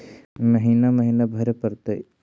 महिना महिना भरे परतैय?